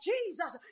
Jesus